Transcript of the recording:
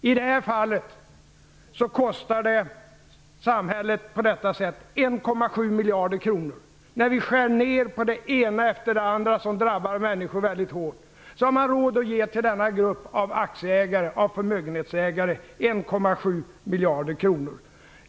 I det här fallet kostar det samhället 1,7 miljarder kronor. När vi skär ner på det ena efter det andra, som drabbar människor mycket hårt, har man råd att ge 1,7 miljarder kronor till denna grupp aktieägare och förmögenhetsägare.